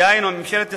דהיינו ממשלת ישראל,